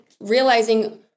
realizing